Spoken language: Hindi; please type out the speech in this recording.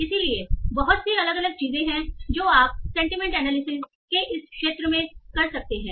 इसलिए बहुत सी अलग अलग चीजें हैं जो आप सेंटीमेंट एनालिसिस के इस क्षेत्र में कर सकते हैं